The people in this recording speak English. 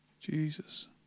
Jesus